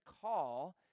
call